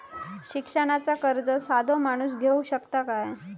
शिक्षणाचा कर्ज साधो माणूस घेऊ शकता काय?